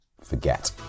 forget